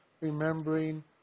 remembering